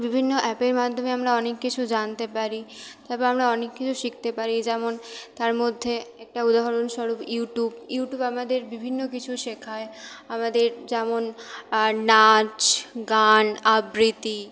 বিভিন্ন অ্যাপের মাধ্যমে আমরা অনেক কিছু জানতে পারি তাপর আমরা অনেক কিছু শিখতে পারি যেমন তার মধ্যে একটা উদাহরণস্বরূপ ইউটুব ইউটুব আমাদের বিভিন্ন কিছু শেখায় আমাদের যেমন আর নাচ গান আবৃতি